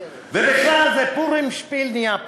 ובכלל, "פורים שפיל" נהיה פה,